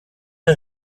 der